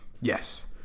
yes